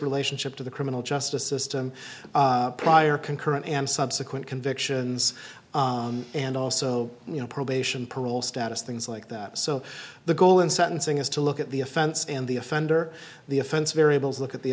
relationship to the criminal justice system prior concurrent and subsequent convictions and also you know probation parole status things like that so the goal in sentencing is to look at the offense and the offender the offense variables look at the